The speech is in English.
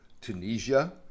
Tunisia